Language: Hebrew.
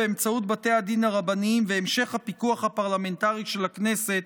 באמצעות בתי הדין הרבניים והמשך הפיקוח הפרלמנטרי של הכנסת,